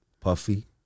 Puffy